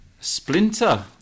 Splinter